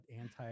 anti